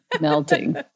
melting